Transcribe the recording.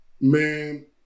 Man